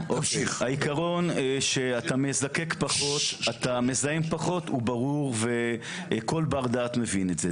העקרון שאתה מזקק פחות ומזהם פחות הוא ברור וכל בר-דעת מבין את זה.